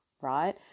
right